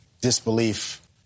disbelief